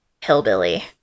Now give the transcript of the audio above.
hillbilly